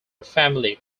family